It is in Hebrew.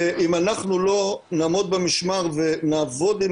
ואם אנחנו לא נעמוד על המשמר ונעבוד עם